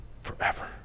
forever